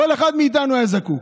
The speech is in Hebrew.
כל אחד מאיתנו היה זקוק.